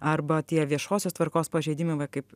arba tie viešosios tvarkos pažeidimai va kaip